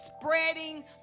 Spreading